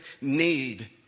need